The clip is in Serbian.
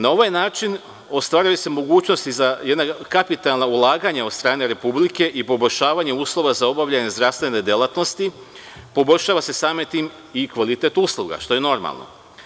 Na ovaj način ostvaruje se mogućnost i za kapitalna ulaganja od strane Republike i poboljšavanje uslova za obavljanje zdravstvene delatnosti, poboljšava se, samim tim, i kvalitet usluga, što je normalno.